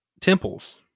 temples